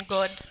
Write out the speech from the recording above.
God